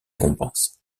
récompenses